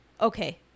okay